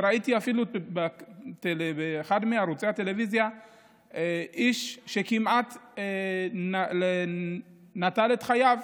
אפילו ראיתי באחד מערוצי הטלוויזיה איש שכמעט נטל את חייו.